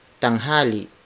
tanghali